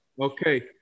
Okay